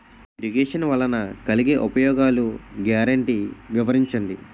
Irrigation వలన కలిగే ఉపయోగాలు గ్యారంటీ వివరించండి?